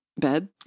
bed